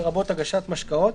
לרבות הגשת משקאות.